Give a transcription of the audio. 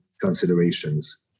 considerations